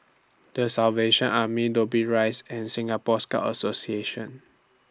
The Salvation Army Dobbie Rise and Singapore Scout Association